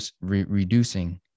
reducing